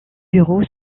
bureaux